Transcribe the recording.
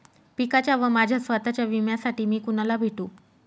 पिकाच्या व माझ्या स्वत:च्या विम्यासाठी मी कुणाला भेटू?